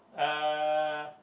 uh